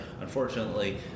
Unfortunately